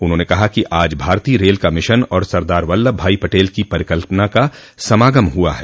उन्होंने कहा कि आज भारतीय रेल का मिशन और सरदार वल्लभ भाई पटेल की परिकल्पना का समागम हुआ है